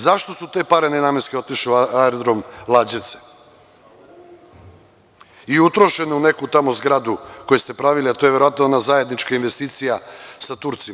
Zašto su te pare nenamenski otišle u aerodrom Lađevci i utrošene u neku tamo zgradu koju ste pravili, a to je verovatno ona zajednička investicija sa Turcima?